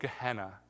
Gehenna